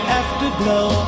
afterglow